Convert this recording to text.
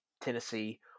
Tennessee